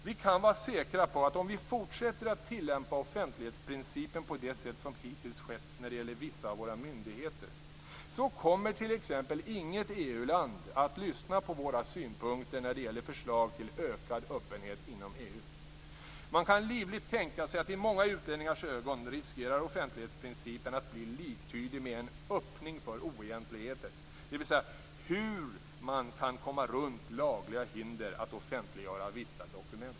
Vi kan vara säkra på att om vi fortsätter att tillämpa offentlighetsprincipen på det sätt som hittills skett när det gäller vissa av våra myndigheter, kommer t.ex. inget EU-land att lyssna på våra synpunkter när det gäller förslag till ökad öppenhet inom EU. Man kan livligt tänka sig att i många utlänningars ögon riskerar offentlighetsprincipen att bli liktydig med en öppning för oegentligheter, dvs. hur man kan komma runt lagliga hinder att offentliggöra vissa dokument.